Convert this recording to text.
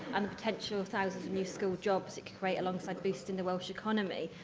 and the potential of thousands of new skilled jobs it could create, alongside boosting the welsh economy.